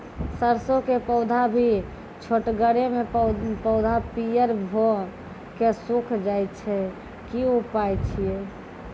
सरसों के पौधा भी छोटगरे मे पौधा पीयर भो कऽ सूख जाय छै, की उपाय छियै?